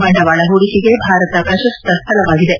ಬಂಡವಾಳ ಹೂಡಿಕೆಗೆ ಭಾರತ ಪ್ರಶಸ್ತ ಸ್ಥಳವಾಗಿದೆ